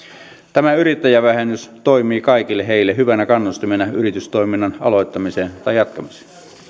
tämä yrittäjävähennys toimii kaikille heille hyvänä kannustimena yritystoiminnan aloittamiseen tai jatkamiseen